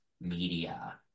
media